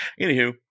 Anywho